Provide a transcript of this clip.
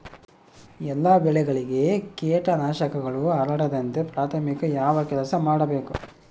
ಎಲ್ಲ ಬೆಳೆಗಳಿಗೆ ಕೇಟನಾಶಕಗಳು ಹರಡದಂತೆ ಪ್ರಾಥಮಿಕ ಯಾವ ಕೆಲಸ ಮಾಡಬೇಕು?